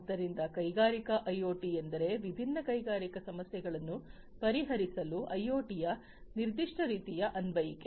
ಆದ್ದರಿಂದ ಕೈಗಾರಿಕಾ ಐಒಟಿ ಎಂದರೆ ವಿಭಿನ್ನ ಕೈಗಾರಿಕಾ ಸಮಸ್ಯೆಗಳನ್ನು ಪರಿಹರಿಸಲು ಐಒಟಿಯ ನಿರ್ದಿಷ್ಟ ರೀತಿಯ ಅನ್ವಯಿಕೆ